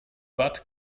bad